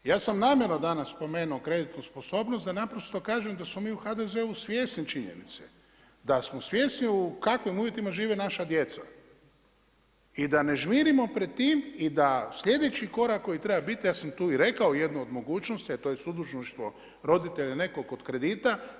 I ja sam namjerno danas spomenuo kreditnu sposobnost da naprosto kažem da smo mi u HDZ-u svjesni činjenice, da smo svjesni u kakvim uvjetima žive naša djeca i da ne žmirimo pred time i da sljedeći korak koji treba biti, ja sam tu i rekao jednu od mogućnosti a to je sudužništvo roditelja nekog od kredita.